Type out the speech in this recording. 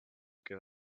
give